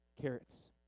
carrots